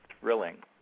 thrilling